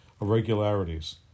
irregularities